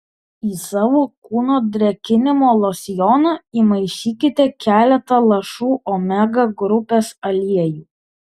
į savo kūno drėkinimo losjoną įmaišykite keletą lašų omega grupės aliejų